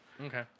Okay